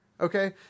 Okay